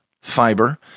fiber